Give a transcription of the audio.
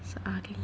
so ugly